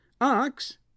Ox